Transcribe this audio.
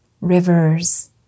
rivers